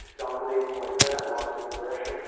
dominating like that, lots of aggression.